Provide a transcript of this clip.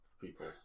people